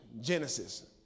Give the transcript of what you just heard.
Genesis